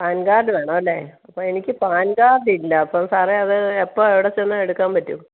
pan card വേണം അല്ലേ അപ്പം എനിക്ക് പാൻ കാർഡ് ഇല്ല അപ്പം സാറേ അത് എപ്പം എവിടെ ചെന്നാൽ എടുക്കാൻ പറ്റും